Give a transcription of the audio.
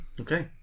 Okay